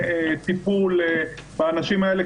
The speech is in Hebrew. טיפול באנשים האלה,